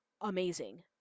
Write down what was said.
amazing